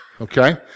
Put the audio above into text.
okay